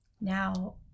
Now